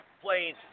playing